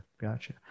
Gotcha